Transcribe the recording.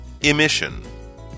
Emission